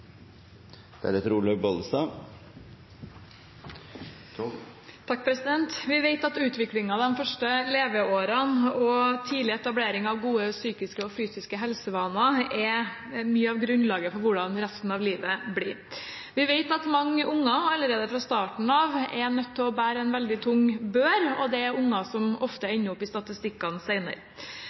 Vi vet at utviklingen de første leveårene og tidlig etablering av gode psykiske og fysiske helsevaner danner mye av grunnlaget for hvordan resten av livet blir. Vi vet at mange unger allerede fra starten av er nødt til å bære en veldig tung bør, og dette er unger som ofte ender opp i statistikkene